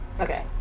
Okay